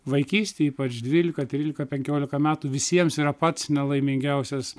vaikystėje ypač dvylika trylika penkiolika metų visiems yra pats nelaimingiausias